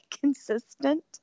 consistent